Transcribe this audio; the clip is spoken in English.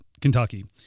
Kentucky